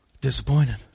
disappointed